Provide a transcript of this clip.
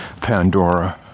Pandora